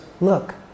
look